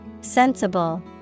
Sensible